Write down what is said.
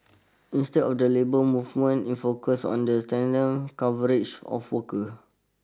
instead the labour movement is focusing on strengthening coverage of worker